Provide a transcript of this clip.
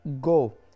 go